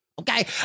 okay